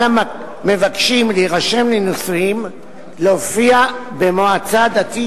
על המבקשים להירשם לנישואים להופיע במועצה דתית